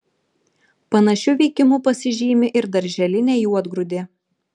panašiu veikimu pasižymi ir darželinė juodgrūdė